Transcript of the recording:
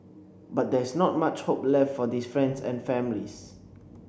but there's not much hope left for these friends and families